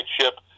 ship